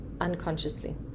unconsciously